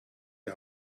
die